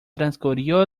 transcurrió